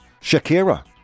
Shakira